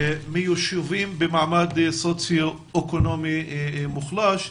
מיישובים במעמד סוציואקונומי מוחלש,